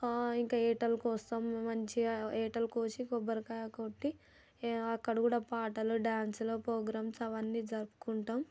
ఇంకా వేటల్ని కోస్తాం మంచిగా వేటలు కోసి కొబ్బరికాయ కొట్టి అక్కడ కూడా పాటలు డాన్సులు ప్రోగ్రామ్స్ అవన్నీ జరుపుకుంటాం